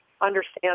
understand